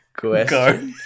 go